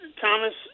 Thomas